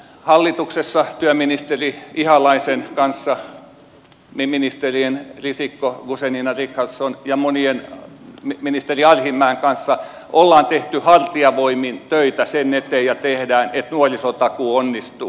hallituksessa työministeri ihalaisen kanssa ministerien risikko guzenina richardson ja ministeri arhinmäen kanssa on tehty ja tehdään hartiavoimin töitä sen eteen että nuorisotakuu onnistuu